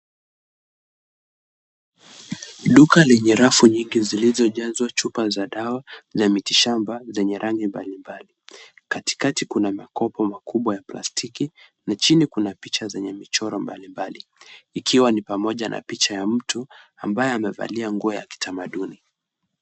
Duka lenye rafu nyingi zilizojazwa chupa za dawa na miti shamba zenye rangi mablimbali. Katikati kuna makopo makubwa ya plastiki na chini kuina picha zenye michoro mbalimbali. Ikiwa pamoja na picha ya mtu ambaye amevalia nguo ya kitamaduni.